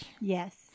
Yes